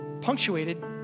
punctuated